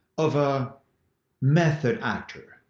of a method actor.